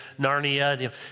Narnia